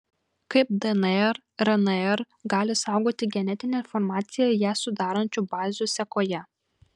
kaip dnr rnr gali saugoti genetinę informaciją ją sudarančių bazių sekoje